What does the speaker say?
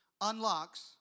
unlocks